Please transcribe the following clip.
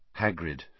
Hagrid